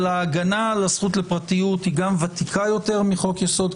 אבל ההגנה על הזכות לפרטיות גם ותיקה יותר מחוק יסוד: